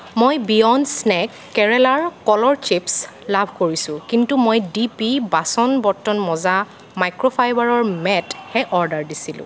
মই beyond snack কেৰেলাৰ কলৰ চিপ্ছ লাভ কৰিছোঁ কিন্তু মই ডি পি বাচন বৰ্তন মজা মাইক্ৰ'ফাইবাৰৰ মেটহে অৰ্ডাৰ দিছিলোঁ